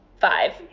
five